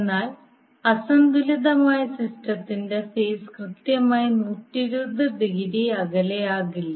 എന്നാൽ അസന്തുലിതമായ സിസ്റ്റത്തിന്റെ ഫേസ് കൃത്യമായി 120 ഡിഗ്രി അകലെയാകില്ല